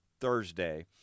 Thursday